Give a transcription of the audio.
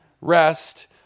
rest